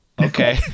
Okay